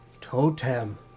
totem